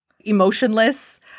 emotionless